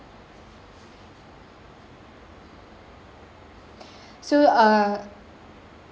so uh